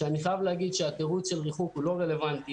אני חייב לומר שהתירוץ של ריחוק לא רלוונטי